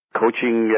coaching